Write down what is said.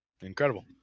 incredible